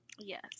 Yes